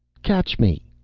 catch me.